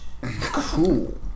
Cool